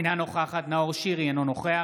אינה נוכחת נאור שירי, אינו נוכח